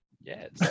Yes